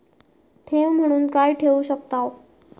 ठेव म्हणून काय ठेवू शकताव?